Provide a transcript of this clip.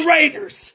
Raiders